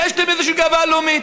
יש להם איזושהי גאווה לאומית.